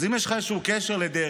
אז אם יש לך איזשהו קשר לדרעי,